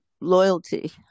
loyalty